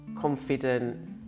confident